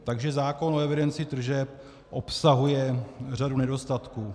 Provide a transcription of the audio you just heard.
Takže zákon o evidenci tržeb obsahuje řadu nedostatků.